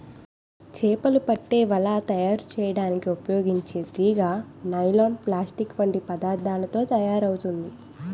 చేపలు పట్టే వల తయారు చేయడానికి ఉపయోగించే తీగ నైలాన్, ప్లాస్టిక్ వంటి పదార్థాలతో తయారవుతుంది